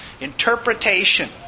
Interpretation